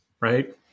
right